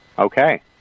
Okay